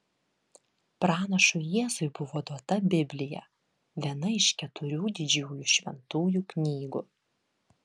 pranašui jėzui buvo duota biblija viena iš keturių didžiųjų šventųjų knygų